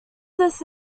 this